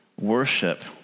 worship